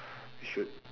we should